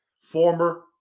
former